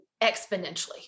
exponentially